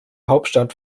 hauptstadt